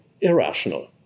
irrational